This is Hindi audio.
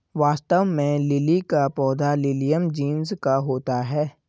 वास्तव में लिली का पौधा लिलियम जिनस का होता है